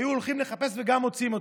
והיו הולכים לחפש וגם מוצאים אותו.